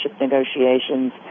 negotiations